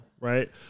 right